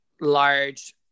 large